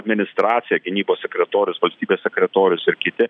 administracija gynybos sekretorius valstybės sekretorius ir kiti